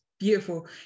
beautiful